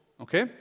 okay